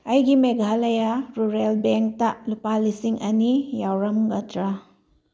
ꯑꯩꯒꯤ ꯃꯦꯘꯥꯂꯥꯌꯥ ꯔꯨꯔꯦꯜ ꯕꯦꯡꯇ ꯂꯨꯄꯥ ꯂꯤꯁꯤꯡ ꯑꯅꯤ ꯌꯥꯎꯔꯝꯒꯗ꯭ꯔꯥ